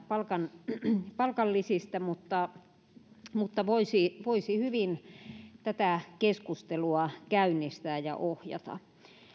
palkan palkan lisistä sen tiedämme mutta voisi voisi hyvin tätä keskustelua käynnistää ja ohjata